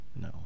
No